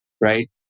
right